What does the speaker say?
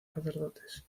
sacerdotes